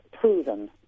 proven